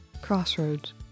Crossroads